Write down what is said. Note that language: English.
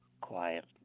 quiet